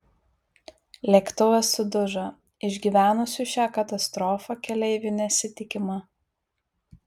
lėktuvas sudužo išgyvenusių šią katastrofą keleivių nesitikima